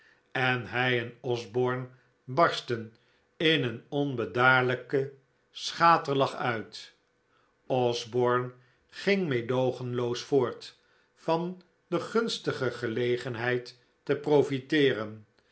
en hij en osborne barstten in een onbedaarlijken schaterlach uit osborne ging meedoogenloos voort van de gunstige gelegenheid te profiteeren